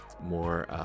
more